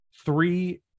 Three